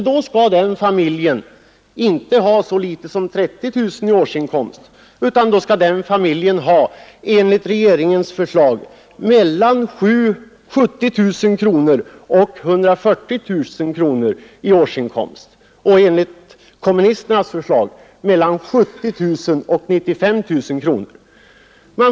Då skall emellertid den familjen enligt regeringens förslag ha mellan 70 000 och 140 000 kronor i årsinkomst, och enligt kommunisternas förslag mellan 70 000 och 95 000 kronor.